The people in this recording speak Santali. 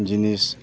ᱡᱤᱱᱤᱥ